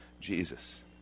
Jesus